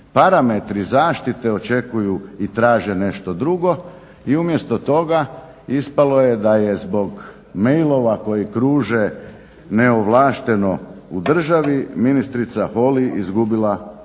parametri zaštite očekuju i traže nešto drugo i umjesto toga ispalo je da je zbog mailova koji kruže neovlašteno u državi ministrica Holy izgubila svoje